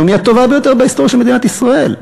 היא הטובה ביותר בהיסטוריה של מדינת ישראל.